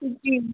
जी